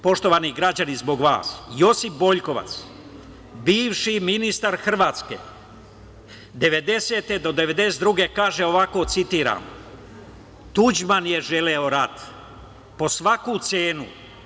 Poštovani građani zbog vas, Josip Boljkovac, bivši ministar Hrvatske 1990. do 1992. godine kaže ovako, citiram: „Tuđman je želeo rat po svaku cenu.